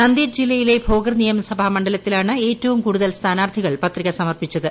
നനേദ് ജില്ലയിലെ ഭോകർ നിയമസഭാ മണ്ഡലത്തിലാണ് ഏറ്റവും കൂടുതൽ സ്ഥാനാർത്ഥികൾ പത്രിക സമർപ്പിച്ചത്